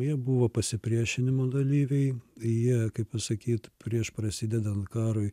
jie buvo pasipriešinimo dalyviai jie kaip pasakyt prieš prasidedant karui